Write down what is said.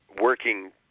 Working